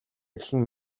эхлэн